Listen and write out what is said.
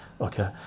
Okay